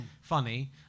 funny